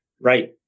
right